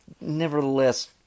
nevertheless